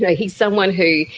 know, he is someone who,